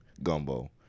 gumbo